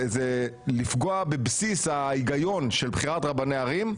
זה לפגוע בבסיס ההיגיון של בחירת רבני ערים,